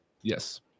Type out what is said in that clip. Yes